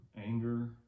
anger